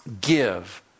give